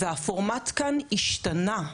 והפורמט כאן השתנה.